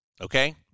Okay